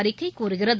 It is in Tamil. அறிக்கை கூறுகிறது